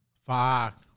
fuck